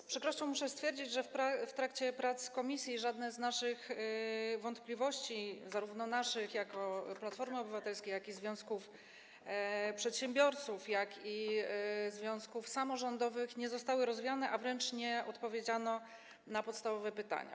Z przykrością muszę stwierdzić, że w trakcie prac w komisji żadna z wątpliwości zarówno naszych jako Platformy Obywatelskiej, jak i związków przedsiębiorców, związków samorządowych nie została rozwiana, a wręcz nie odpowiedziano na podstawowe pytania.